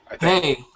Hey